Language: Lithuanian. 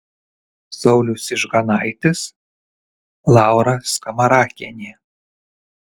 saulius ižganaitis laura skamarakienė